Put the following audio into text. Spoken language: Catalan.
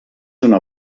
una